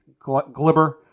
Glibber